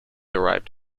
arrived